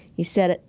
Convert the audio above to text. he said,